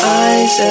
eyes